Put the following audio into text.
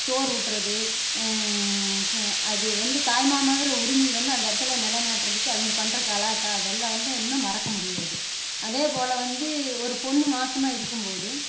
சோறூட்றது அது வந்து தாய் மாமாங்கிற உரிமையை வந்து அந்த இடத்துல நிலைநாட்றதுக்கு அவங்க பண்ணுற கலாட்டா அதல்லாம் வந்து இன்னும் மறக்க முடியாது அதே போல் வந்து ஒரு பொண்ணு மாசமாக இருக்கும்போது